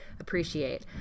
appreciate